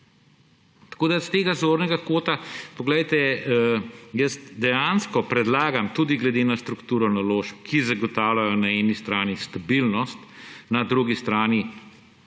S tega zornega kota, poglejte, jaz dejansko predlagam tudi glede na strukturo naložb, ki zagotavljajo na eni strani stabilnost, na drugi strani